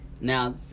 Now